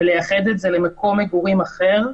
ולייחד את זה למקום מגורים אחר.